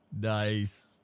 Nice